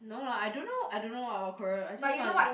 no lah I don't know I don't know ah what career I just want